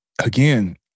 again